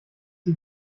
die